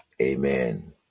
Amen